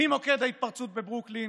ממוקד ההתפרצות בברוקלין,